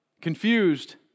confused